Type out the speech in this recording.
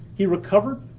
he recovered.